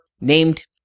named